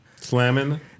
slamming